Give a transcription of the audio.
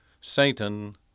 Satan